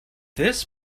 this